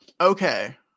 Okay